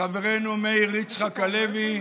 חברנו מאיר יצחק הלוי,